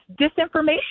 disinformation